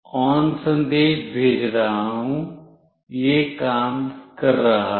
ON संदेश भेज रहा हूँ यह काम कर रहा है